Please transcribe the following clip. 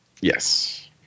Yes